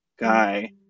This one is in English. guy